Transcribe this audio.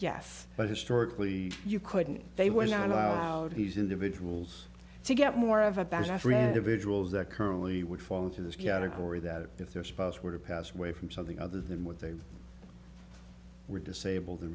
yes but historically you couldn't they were not allowed he's individuals to get more of a best friend a vigils that currently would fall into this category that if their spouse were to pass away from something other than what they were disabled and